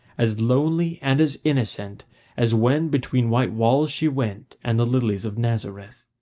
as lonely and as innocent as when between white walls she went and the lilies of nazareth.